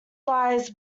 lies